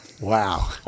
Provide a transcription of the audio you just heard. Wow